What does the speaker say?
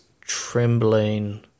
trembling